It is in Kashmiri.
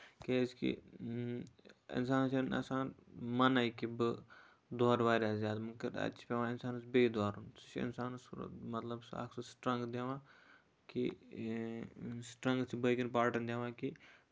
کیازِ کہِ اِنسانَس چھےٚ نہٕ آسان مَنٕے کہِ بہٕ دورٕ واریاہ زیادٕ مَگر اَتہِ چھُ پیوان اِنسانَس بیٚیہِ دورُن سُہ چھُ اِنسانَس مطلب سُہ اکھ سُہ سٔٹرَنگٔتھ دِوان کہِ سٔٹرَنگٔتھ چھُ باقین پارٹَن دِوان کہِ